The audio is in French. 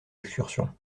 excursion